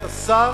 אתה שר